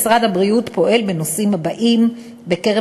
משרד הבריאות פועל בנושאים הבאים בקרב